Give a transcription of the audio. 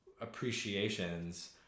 appreciations